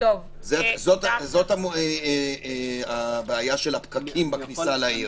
זאת הבעיה של הפקקים בכניסה לעיר.